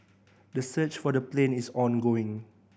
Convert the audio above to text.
the search for the plane is ongoing